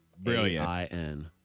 Brilliant